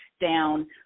down